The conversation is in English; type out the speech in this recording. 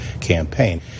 campaign